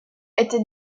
était